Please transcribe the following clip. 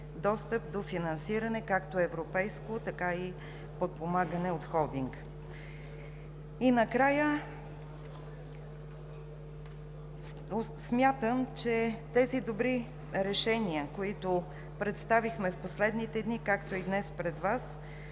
достъп до финансиране – както европейско, така и подпомагане от холдинга. И накрая, смятам, че тези добри решения, които представихме в последните дни, както и днес пред Вас